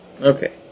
Okay